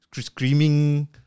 screaming